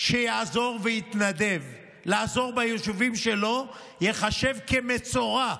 שיעזור ויתנדב לעזור ביישובים שלו ייחשב במצורע.